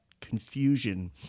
confusion